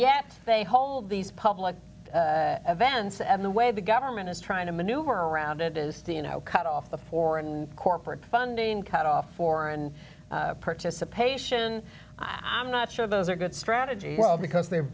yet they hold these public events and the way the government is trying to maneuver around it is to cut off the foreign corporate funding cut off foreign participation i'm not sure those are good strategy well because they